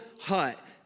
hut